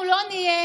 אנחנו לא נהיה